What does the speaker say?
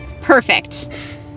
Perfect